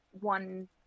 one